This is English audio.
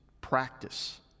practice